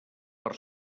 per